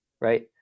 Right